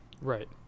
right